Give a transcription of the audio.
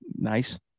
Nice